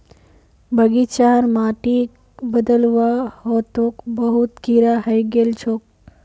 बगीचार माटिक बदलवा ह तोक बहुत कीरा हइ गेल छोक